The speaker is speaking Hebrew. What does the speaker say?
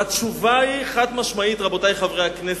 והתשובה היא חד-משמעית, רבותי חברי הכנסת,